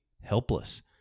helpless